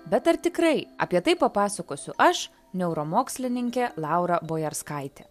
bet ar tikrai apie tai papasakosiu aš neuromokslininkė laura bojarskaitė